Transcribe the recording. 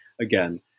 again